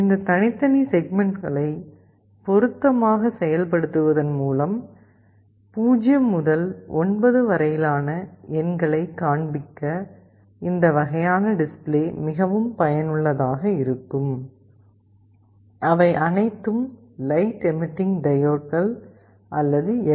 இந்த தனித்தனி செக்மெண்ட்களை பொருத்தமாக செயல்படுத்துவதன் மூலம் 0 முதல் 9 வரையிலான எண்களைக் காண்பிக்க இந்த வகையான டிஸ்ப்ளே மிகவும் பயனுள்ளதாக இருக்கும் அவை அனைத்தும் லைட் எமிட்டிங் டையோட்கள் அல்லது எல்